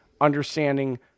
understanding